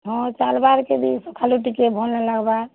ହଁ ଚାଲ୍ବାର୍କେ ଭି ଖାଲି ଟିକେ ଭଲ୍ ନାଇଁ ଲାଗ୍ବା